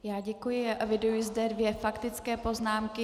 Já děkuji a eviduji zde dvě faktické poznámky.